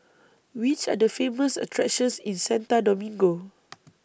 Which Are The Famous attractions in Santo Domingo